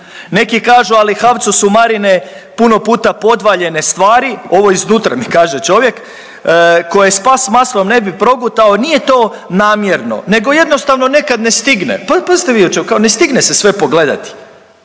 Neki kažu ali HAVC-u su Marine puno puta podvaljene stvari, ovo iznutra mi kaže čovjek koje pas s maslom ne bi progutao. Nije to namjerno nego jednostavno nekad ne stigne, pazite vi o čemu, kao ne stigne se sve pogledati.